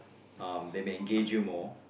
um they may engage you more